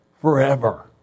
forever